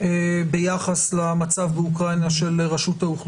ביחס למצב באוקראינה.